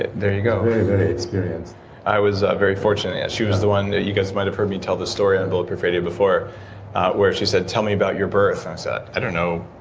there you go she's very, very experienced i was ah very fortunate. and she was the one that you guys might have heard me tell the story on bulletproof radio before where she said, tell me about your birth. i said, i don't know,